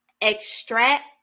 extract